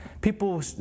People